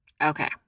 Okay